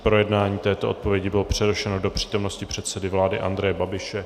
Projednání této odpovědi bylo přerušeno do přítomnosti předsedy vlády Andreje Babiše.